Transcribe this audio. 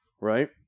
Right